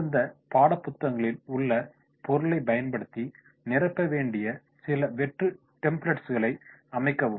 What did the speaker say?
அந்தந்த பாடப்புத்தகங்களில் உள்ள பொருளைப் பயன்படுத்தி நிரப்ப வேண்டிய சில வெற்று டெம்ப்ளட்ஸ்களை அமைக்கவும்